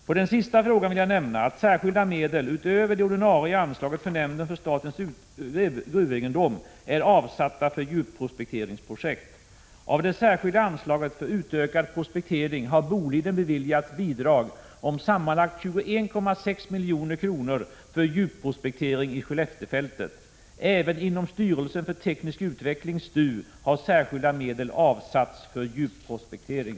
På den sista frågan vill jag nämna att särskilda medel, utöver det ordinarie anslaget för nämnden för statens gruvegendom, är avsatta för djupprospekteringsprojekt. Av det särskilda anslaget för utökad prospektering har Boliden beviljats bidrag om sammanlagt 21,6 milj.kr. för djupprospektering 57 i Skelleftefältet. Även inom styrelsen för teknisk utveckling har särskilda medel avsatts för djupprospektering.